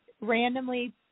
randomly